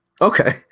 Okay